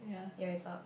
ya it's up